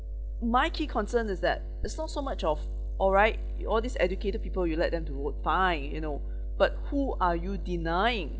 my key concern is that it's not so much of all right all this educated people you let them to vote fine you know but who are you denying